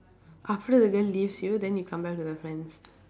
after the girl leaves you then you come back to the friends